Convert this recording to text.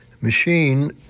machine